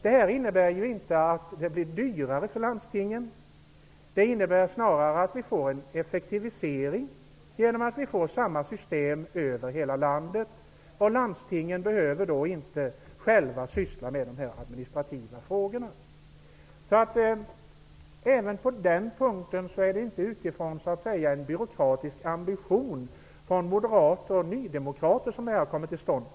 Detta innebär inte att det blir dyrare för landstingen. Det innebär snarare att det blir en effektivisering, eftersom det blir samma system över hela landet. Landstingen behöver inte själva syssla med dessa administrativa frågor. Det är inte utifrån en byråkratisk ambition hos moderater och nydemokrater som detta förslag har kommit till stånd.